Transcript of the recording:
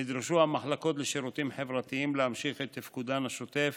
נדרשו המחלקות לשירותים חברתיים להמשיך את תפקודן השוטף